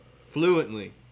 Fluently